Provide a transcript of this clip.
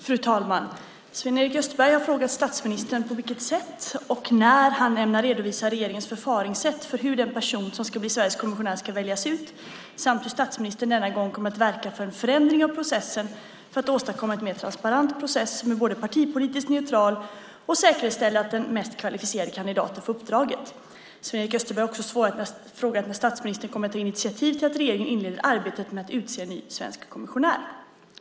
Fru talman! Sven-Erik Österberg har frågat statsministern på vilket sätt och när han ämnar redovisa regeringens förfaringssätt för hur den person som ska bli Sveriges kommissionär ska väljas ut samt hur statsministern denna gång kommer att verka för en förändring av processen för att åstadkomma en mer transparent process som både är partipolitiskt neutral och säkerställer att den mest kvalificerade kandidaten får uppdraget. Sven-Erik Österberg har också frågat när statsministern kommer att ta initiativ till att regeringen inleder arbetet med att utse en ny svensk kommissionär.